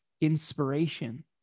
inspiration